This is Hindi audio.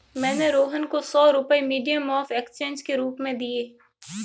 मैंने रोहन को सौ रुपए मीडियम ऑफ़ एक्सचेंज के रूप में दिए